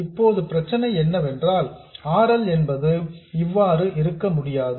இப்போது பிரச்சனை என்னவென்றால் R L என்பது இவ்வாறு இருக்க முடியாது